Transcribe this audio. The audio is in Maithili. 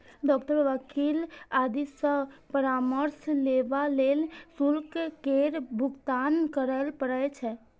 डॉक्टर, वकील आदि सं परामर्श लेबा लेल शुल्क केर भुगतान करय पड़ै छै